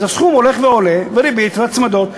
הסכום הולך ועולה וריבית והצמדות,